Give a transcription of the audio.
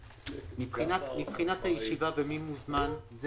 מבחינת הישיבה ומי מוזמן זה